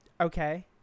Okay